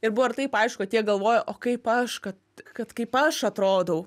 ir buvo ir taip aišku kad jie galvojo o kaip aš kad kad kaip aš atrodau